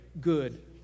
good